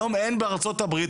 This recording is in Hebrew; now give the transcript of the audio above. היום אין בארצות הברית,